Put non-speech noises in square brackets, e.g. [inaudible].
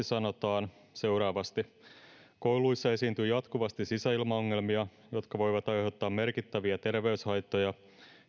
[unintelligible] sanotaan seuraavasti kouluissa esiintyy jatkuvasti sisäilmaongelmia jotka voivat aiheuttaa merkittäviä terveyshaittoja